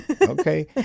Okay